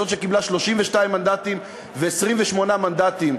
זאת שקיבלה 32 מנדטים ו-28 מנדטים,